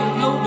no